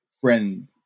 friend